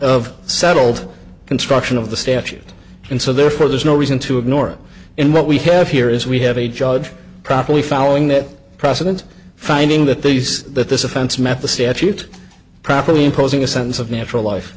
of settled construction of the statute and so therefore there's no reason to ignore it in what we have here is we have a judge properly following that precedent finding that these that this offense met the statute properly imposing a sense of natural life